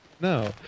No